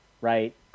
right